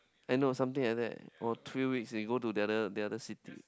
I know something like that or three weeks he go to the other the other cities